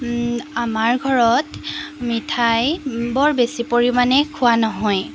আমাৰ ঘৰত মিঠাই বৰ বেছি পৰিমাণে খোৱা নহয়